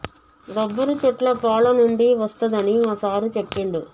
rubber చెట్ల పాలనుండి వస్తదని మా సారు చెప్పిండు